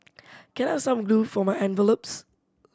can I have some glue for my envelopes